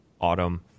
autumn